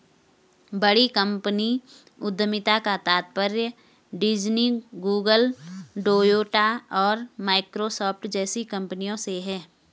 बड़ी कंपनी उद्यमिता का तात्पर्य डिज्नी, गूगल, टोयोटा और माइक्रोसॉफ्ट जैसी कंपनियों से है